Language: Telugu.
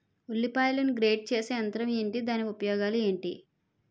ఉల్లిపాయలను గ్రేడ్ చేసే యంత్రం ఏంటి? దాని ఉపయోగాలు ఏంటి?